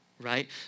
Right